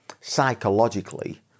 psychologically